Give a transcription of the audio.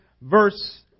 verse